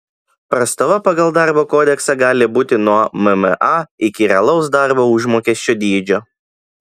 prastova pagal darbo kodeksą gali būti nuo mma iki realaus darbo užmokesčio dydžio